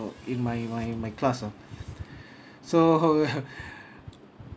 in my my my class ah so